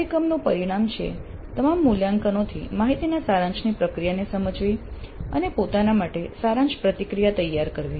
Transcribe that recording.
આ એકમનું પરિણામ છે તમામ મૂલ્યાંકનોથી માહિતીના સારાંશની પ્રક્રિયાને સમજવી અને પોતાના માટે સારાંશ પ્રતિક્રિયા તૈયાર કરવી